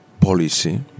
policy